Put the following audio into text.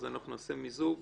אז אנחנו נעשה מיזוג.